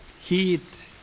Heat